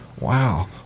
Wow